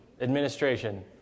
Administration